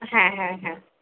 হ্যাঁ হ্যাঁ হ্যাঁ